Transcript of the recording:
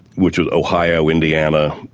which is ohio, indiana,